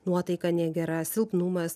nuotaika negera silpnumas